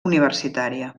universitària